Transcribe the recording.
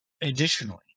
additionally